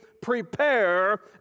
prepare